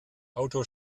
auto